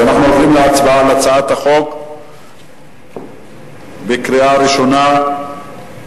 אנחנו עוברים להצבעה בקריאה ראשונה על הצעת החוק,